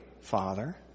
father